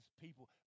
people